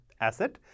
asset